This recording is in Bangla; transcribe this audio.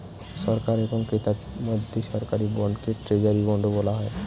সরকার এবং ক্রেতার মধ্যে সরকারি বন্ডকে ট্রেজারি বন্ডও বলা হয়